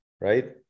Right